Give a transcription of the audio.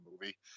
movie